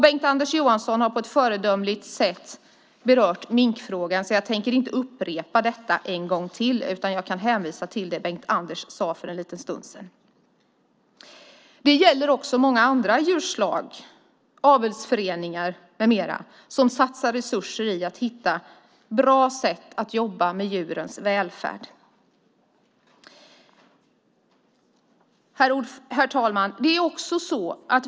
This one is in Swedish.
Bengt-Anders Johansson har på ett föredömligt sätt berört minkfrågan, så jag tänker inte upprepa det utan hänvisar till det han sade tidigare. Det här gäller också många andra djurslag, avelsföreningar med mera som satsar resurser på att hitta bra sätt att jobba med djurens välfärd. Herr talman!